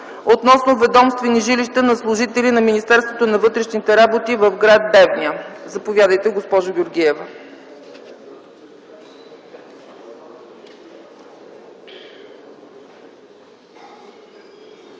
относно ведомствени жилища на служители от Министерството на вътрешните работи в град Девня. Заповядайте, госпожо Георгиева.